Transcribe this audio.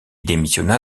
démissionna